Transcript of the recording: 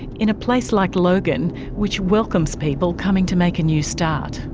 in a place like logan which welcomes people coming to make a new start.